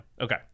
okay